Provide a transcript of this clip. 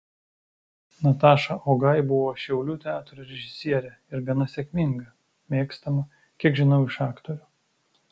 nataša ogai buvo šiaulių teatro režisierė ir gana sėkminga mėgstama kiek žinau iš aktorių